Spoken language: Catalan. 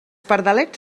pardalets